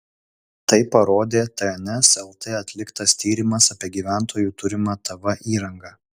tai parodė tns lt atliktas tyrimas apie gyventojų turimą tv įrangą